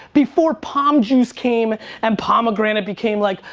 before pom juice came and pomegranate became like,